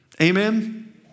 Amen